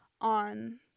on